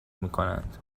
میکنند